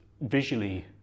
visually